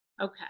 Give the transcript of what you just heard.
Okay